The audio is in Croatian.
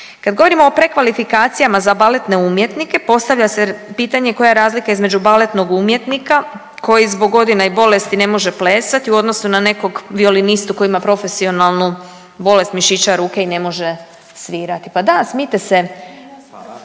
Kad govorimo o prekvalifikacijama za baletne umjetnike postavlja se pitanje koja je razlika između baletnog umjetnika koji zbog godina i bolesti ne može plesati u odnosu na nekog violinistu koji ima profesionalnu bolest mišića ruke i ne može svirati. Pa da smijte se